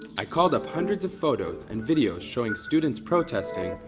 i called up hundreds of photos and videos showing students protesting,